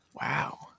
Wow